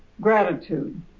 gratitude